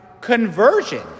conversion